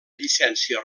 llicència